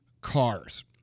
cars